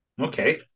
Okay